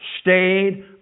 stayed